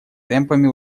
темпами